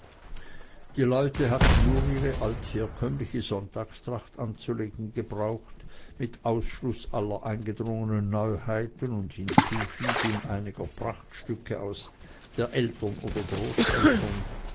die leute hatten nur ihre altherkömmliche sonntagstracht anzulegen gebraucht mit ausschluß aller eingedrungenen neuheiten und hinzufügung einiger prachtstücke ihrer eltern oder großeltern